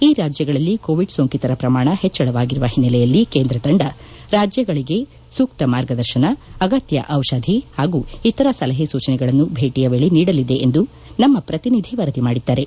ಈ ರಾಜ್ಗಳಲ್ಲಿ ಕೋವಿಡ್ ಸೋಂಕಿತರ ಪ್ರಮಾಣ ಹೆಚ್ಲಳವಾಗಿರುವ ಹಿನ್ನೆಲೆಯಲ್ಲಿ ಕೇಂದ್ರ ತಂಡ ರಾಜ್ದಗಳಿಗೆ ಸೂಕ್ತ ಮಾರ್ಗದರ್ಶನ ಅಗತ್ಯ ದಿಷಧಿ ಮತ್ತು ಇತರ ಸಲಹೆ ಸೂಚನೆಗಳನ್ನು ಭೇಟಿಯ ವೇಳೆ ನೀಡಲಿದೆ ಎಂದು ನಮ್ನ ಪ್ರತಿನಿಧಿ ವರದಿ ಮಾಡಿದ್ದಾರೆ